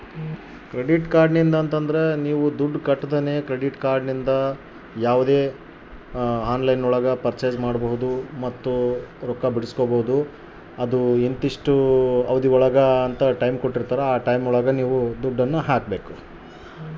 Credit ಕಾರ್ಡಿನಿಂದ ಏನು ಉಪಯೋಗದರಿ?